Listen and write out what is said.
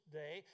day